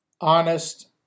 honest